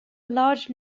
large